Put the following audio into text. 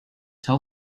tell